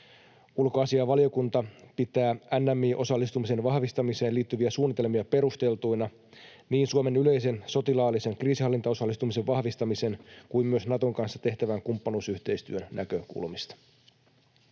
Ulkoasiainvaliokunta pitää NMI-osallistumisen vahvistamiseen liittyviä suunnitelmia perusteltuina niin Suomen yleisen sotilaallisen kriisinhallintaosallistumisen vahvistamisen kuin myös Naton kanssa tehtävän kumppanuusyhteistyön näkökulmasta.